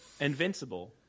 invincible